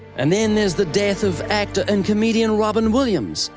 and then there's the death of actor and comedian robin williams,